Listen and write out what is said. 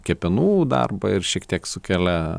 kepenų darbą ir šiek tiek sukelia